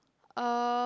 um